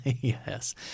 Yes